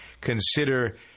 consider